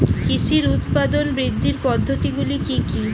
কৃষির উৎপাদন বৃদ্ধির পদ্ধতিগুলি কী কী?